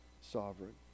sovereign